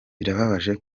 birababaje